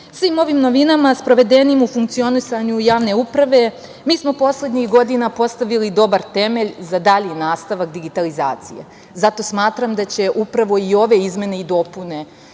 ovim novinama sprovedenim u funkcionisanju javne uprave mi smo poslednjih godina postavila dobar temelj za dalji nastavak digitalizacije. Zato smatram da će upravo i ove izmene i dopune